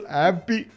happy